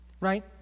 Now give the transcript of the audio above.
right